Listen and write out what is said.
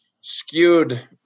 skewed